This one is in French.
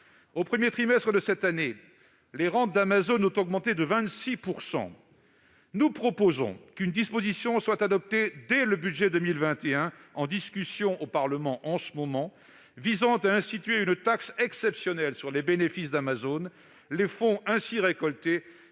Au premier trimestre de cette année, les rentes d'Amazon ont augmenté de 26 %. Nous proposons qu'une disposition soit adoptée, dès le budget pour 2021- texte actuellement en discussion au Parlement -, visant à instituer une taxe exceptionnelle sur les bénéfices d'Amazon. Les fonds ainsi récoltés